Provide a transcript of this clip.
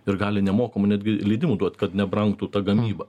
ir gali nemokamai netgi leidimų duot kad nebrangtų ta gamyba